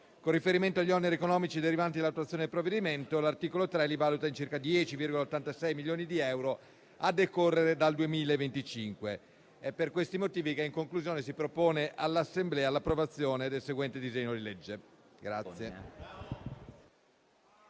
Con riferimento agli oneri economici derivanti dall'attuazione del provvedimento, l'articolo 3 li valuta in circa 10,86 milioni di euro a decorrere dal 2025. È per questi motivi, in conclusione, che si propone all'Assemblea l'approvazione del disegno di legge.